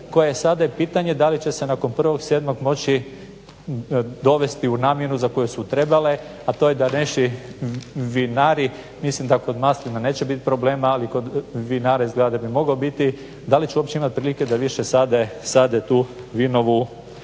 koje sada je pitanje da li će se nakon 1.7. moći dovesti u namjenu za koju su trebale, a to je da naši vinari mislim da kod maslina neće bit problema, ali kod vinara i zgrade bi mogao biti. Da li će uopće imati prilike da više sade tu vinovu